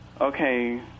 Okay